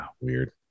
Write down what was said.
Weird